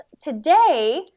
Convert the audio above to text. today